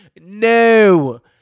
No